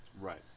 Right